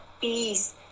peace